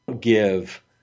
give